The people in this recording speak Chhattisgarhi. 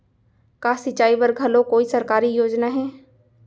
का सिंचाई बर घलो कोई सरकारी योजना हे?